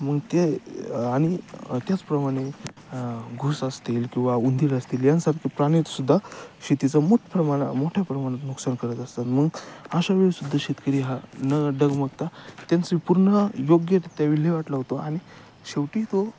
मग ते आणि त्याचप्रमाणे घूस असतील किंवा उंदीर असतील यांसारखे प्राणीतसुद्धा शेतीचं मोठ प्रमाण मोठ्या प्रमाणात नुकसान करत असतात मग अशावेेळी सुद्धा शेतकरी हा न डगमगता त्यांची पूर्ण योग्य त्या विल्हेवाट लावतो आणि शेवटी तो